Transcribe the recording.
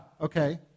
okay